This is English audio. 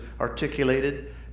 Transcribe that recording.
articulated